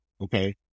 okay